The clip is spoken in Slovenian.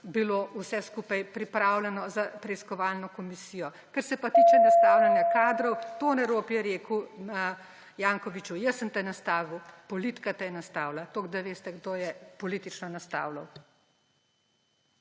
bilo vse skupaj pripravljeno za preiskovalno komisijo. Kar se pa tiče nastavljanja kadrov, Tone Rop je rekel Jankoviću: »Jaz sem te nastavil, politika te je nastavila.« Toliko, da veste, kdo je politično nastavljal.